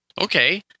Okay